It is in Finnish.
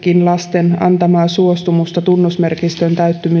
lasten antamaa suostumusta tunnusmerkistön täyttymiseen vaikuttavana tekijänä